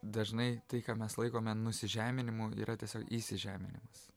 dažnai tai ką mes laikome nusižeminimu yra tiesiog įsižeminimas